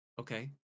Okay